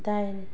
दाइन